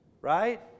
right